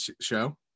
show